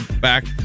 back